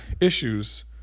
issues